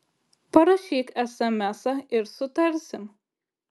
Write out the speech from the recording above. parašyk esemesą ir sutarsim